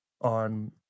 on